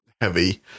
heavy